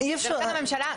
לכן הממשלה,